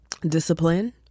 discipline